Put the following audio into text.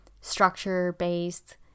structure-based